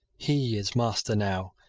he is master now.